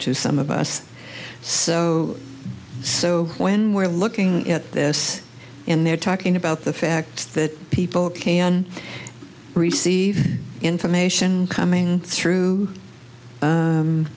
to some of us so so when we're looking at this and they're talking about the fact that people can receive information coming through